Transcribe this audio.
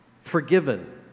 forgiven